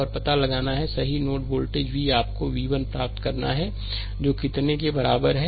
और पता लगाना है सही नोड वोल्ट v आपको v 1 प्राप्त करना है जो कितने के बराबर है